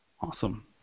Awesome